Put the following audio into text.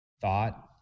thought